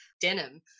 denim